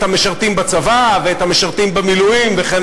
המשרתים בצבא ואת המשרתים במילואים וכן